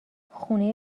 خونه